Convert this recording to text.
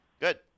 Good